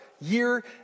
year